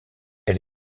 elle